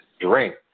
drink